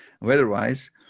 weather-wise